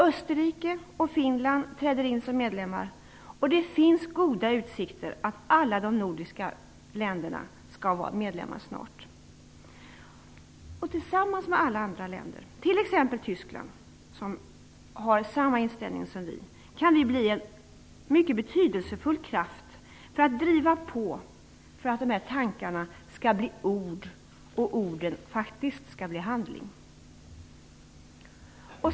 Österrike och Finland träder in som medlemmar, och det finns goda utsikter att alla de nordiska länderna skall vara medlemmar snart. Tillsammans med alla andra länder, t.ex. Tyskland, som har samma inställning som vi kan vi bli en mycket betydelsefull kraft för att driva på för att tankarna skall bli ord och orden faktiskt skall bli handling.